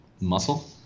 muscle